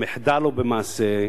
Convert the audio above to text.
במחדל או במעשה,